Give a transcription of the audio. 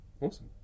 Awesome